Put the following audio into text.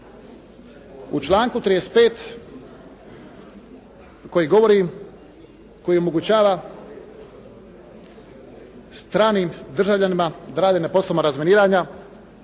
U članku 35. koji govori, koji omogućava stranim državljanima da rade na poslovima razminiranja,